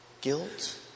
guilt